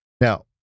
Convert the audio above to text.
Now